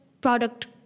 product